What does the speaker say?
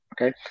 Okay